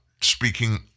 speaking